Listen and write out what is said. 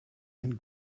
and